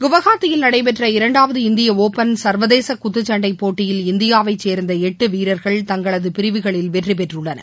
குவஹாத்தியில் நடைபெற்ற இரண்டாவது இந்திய ஓபன் சர்வதேச குத்துக்கண்டை போட்டியில் இந்தியாவைச்சேர்ந்த எட்டு வீரர்கள் தங்களது பிரிவுகளில் வெற்றி பெற்றுள்ளனர்